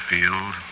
Field